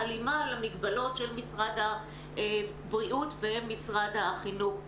והלימה למגבלות של משרד הבריאות ומשרד החינוך.